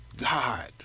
God